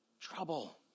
trouble